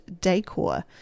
decor